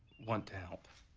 want to help.